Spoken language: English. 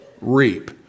reap